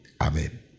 Amen